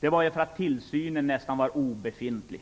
på grund av att tillsynen var nästan obefintlig.